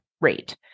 rate